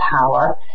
power